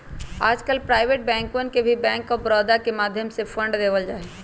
आजकल प्राइवेट बैंकवन के भी बैंक आफ बडौदा के माध्यम से ही फंड देवल जाहई